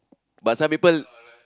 but some people